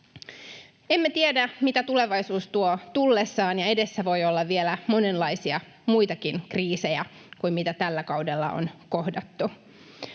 Emme tiedä, mitä tulevaisuus tuo tullessaan, ja edessä voi olla vielä monenlaisia muitakin kriisejä kuin mitä tällä kaudella on kohdattu.